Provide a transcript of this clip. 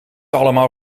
allemaal